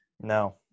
No